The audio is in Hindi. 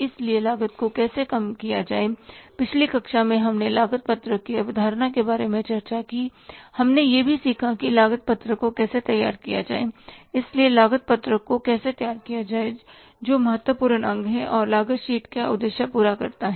इसलिए लागत को कैसे कम किया जाए पिछली कक्षा में हमने लागत पत्रक की अवधारणा के बारे में चर्चा की हमने यह भी सीखा कि लागत पत्रक को कैसे तैयार किया जाए इसलिए लागत पत्रक को कैसे तैयार किया जाए जो महत्वपूर्ण अंग है और लागत शीट क्या उद्देश्य पूरा करता है